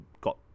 got